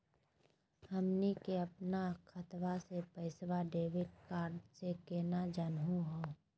हमनी के अपन खतवा के पैसवा डेबिट कार्ड से केना जानहु हो?